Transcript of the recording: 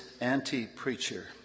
anti-preacher